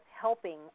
helping